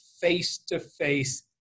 face-to-face